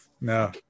no